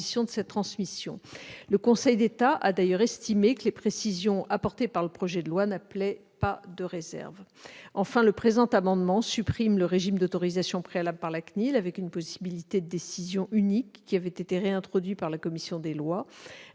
de cette transmission. Le Conseil d'État a d'ailleurs estimé que les précisions apportées par le projet de loi n'appelaient pas de réserve. Enfin, le présent amendement supprime le régime d'autorisation préalable par la CNIL avec une possibilité de décision unique, qui avait été réintroduit par la commission des lois.